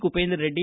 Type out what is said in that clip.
Kupendra Reddy